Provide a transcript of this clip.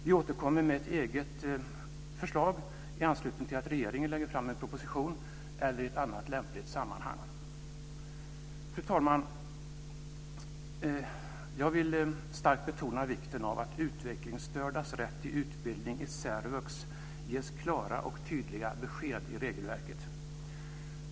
Vi återkommer med ett eget förslag i anslutning till att regeringen lägger fram en proposition eller i annat lämpligt sammanhang. Fru talman! Jag vill starkt betona vikten av att det ges klara och tydliga besked i regelverket när det gäller utvecklingsstördas rätt till utbildning i särvux.